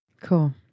cool